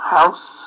House